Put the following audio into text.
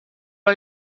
are